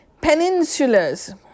peninsulas